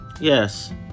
Yes